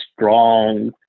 strong